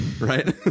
right